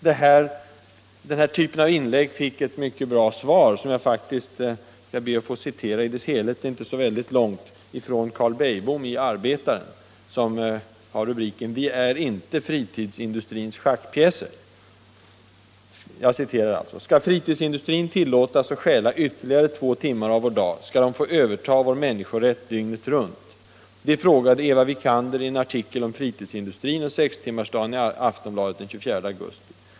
Den här typen av inlägg fick ett mycket bra svar som jag faktiskt ber att få citera i dess helhet — det är inte så långt — av Karl Beijbom 67 i Arbetaren. Artikeln har rubriken Vi är inte fritidsindustrins schackpjäser. Jag citerar alltså: ” Skall fritidsindustrin tillåtas att stjäla ytterligare två timmar av vår dag, skall dom få överta vår människorätt dygnet runt?” Det frågade Eva Wikander i en artikel om fritidsindustrin och sextimmarsdagen i Aftonbladet den 24 augusti.